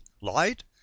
light